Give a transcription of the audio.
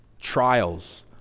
Trials